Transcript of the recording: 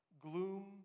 gloom